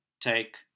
take